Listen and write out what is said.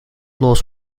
loss